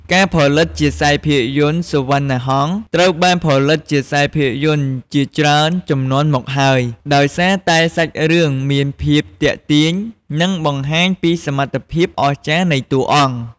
ការផលិតជាភាពយន្ត "សុវណ្ណាហង្ស" ត្រូវបានផលិតជាខ្សែភាពយន្តជាច្រើនជំនាន់មកហើយ ដោយសារតែសាច់រឿងមានភាពទាក់ទាញ និងបង្ហាញពីសមត្ថភាពអស្ចារ្យនៃតួអង្គ។